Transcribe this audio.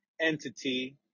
entity